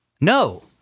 no